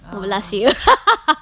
oh last year